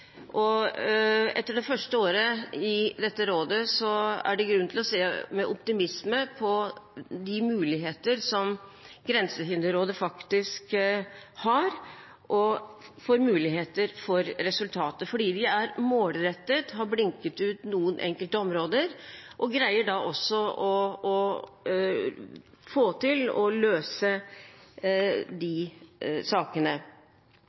Etter det første året med dette rådet er det grunn til å se med optimisme på de muligheter som Grensehinderrådet faktisk har og muligheter for resultater, fordi rådet er målrettet, har blinket ut noen enkelte områder og greier da også å få til å løse de sakene.